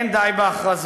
אין די בהכרזות.